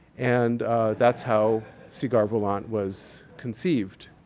and that's how cigare volant was conceived.